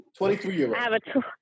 23-year-old